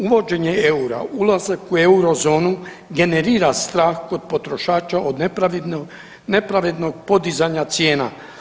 Uvođenje EUR-a, ulazak u Eurozonu generira strah kod potrošača od nepravednog podizanja cijena.